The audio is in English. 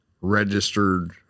registered